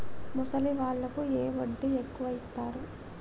ముసలి వాళ్ళకు ఏ వడ్డీ ఎక్కువ ఇస్తారు?